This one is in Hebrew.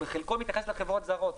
בחלקו מתייחס לחברות זרות.